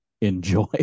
enjoy